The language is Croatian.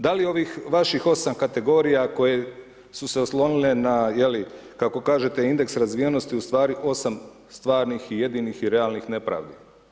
Da li ovih vaših 8 kategorija koje su se oslonile na kako kažete indeks razvijenosti ustvari 8 stvarnih i jedinih i realnih nepravdi?